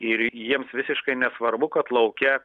ir jiems visiškai nesvarbu kad lauke